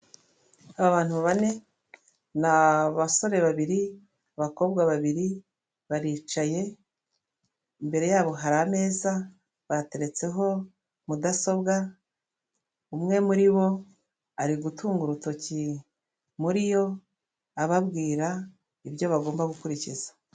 Abantu bane, ni abasore babiri, abakobwa babiri, baricaye, imbere yabo hari ameza, bateretseho mudasobwa, umwe muri bo ari gutunga urutoki muri yo ababwira ibyo bagomba gukurikiza.